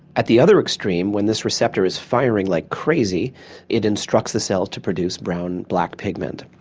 at the other extreme when this receptor is firing like crazy it instructs the cell to produce brown black pigment.